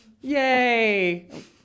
Yay